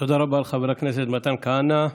תודה רבה לחבר הכנסת מתן כהנא.